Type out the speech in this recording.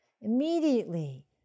Immediately